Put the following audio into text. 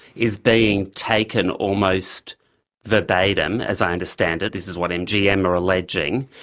is being taken almost verbatim, as i understand it, this is what mgm are alleging.